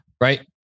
right